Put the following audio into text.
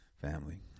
family